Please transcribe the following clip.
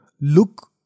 look